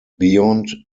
beyond